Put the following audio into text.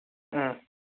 ꯑ